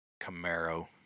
Camaro